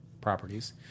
properties